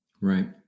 Right